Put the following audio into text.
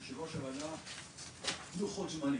יושבת-ראש הוועדה, לוחות זמנים.